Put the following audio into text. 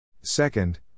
Second